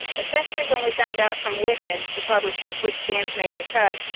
essentially when we found out from whitman, the publishers, which stamps made the cut,